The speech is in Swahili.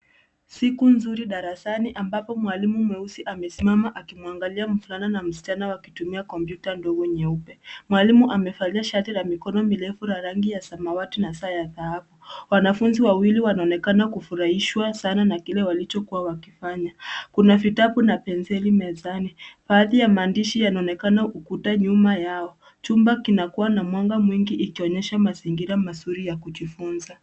Siku nzuri darasani ambapo mwalimu mweusi amesimama akimwangalia mvulana na msichana wakitumia kompyuta ndogo nyeupe. Mwalimu amevalia shati la mikono mirefu la rangi ya samawati na saa ya dhahabu. Wanafunzi wawili wanaonekana kufurahishwa sana na kile walichokuwa wakifanya. Kuna vitabu na penseli mezani. Baadhi ya maandishi yanaonekana ukuta nyuma yao. Chumba kinakuwa na mwanga mingi ikionyesha mazingira mazuri ya kujifunza.